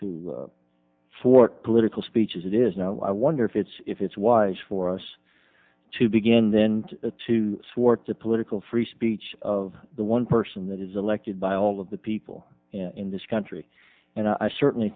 o for political speech as it is now i wonder if it's if it's wise for us to begin then to swart the political free speech of the one person that is elected by all of the people in this country and i certainly